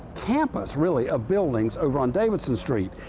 campus, really, of buildings over on davidson street.